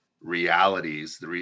realities